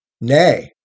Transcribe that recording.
Nay